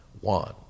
One